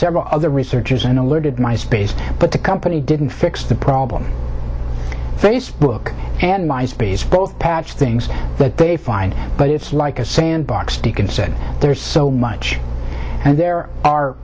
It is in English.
several other researchers and alerted my space but the company didn't fix the problem facebook and my space both patch things that they find but it's like a sandbox deacon said there is so much and there are